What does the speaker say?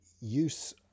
use